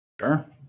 Sure